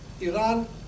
Iran